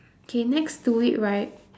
okay next to it right